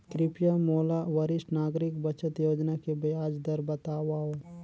कृपया मोला वरिष्ठ नागरिक बचत योजना के ब्याज दर बतावव